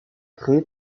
créé